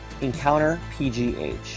EncounterPGH